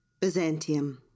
Byzantium